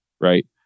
right